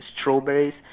strawberries